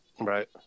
right